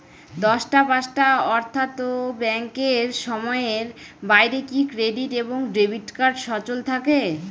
দশটা পাঁচটা অর্থ্যাত ব্যাংকের সময়ের বাইরে কি ক্রেডিট এবং ডেবিট কার্ড সচল থাকে?